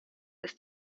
ist